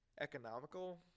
economical